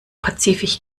pazifik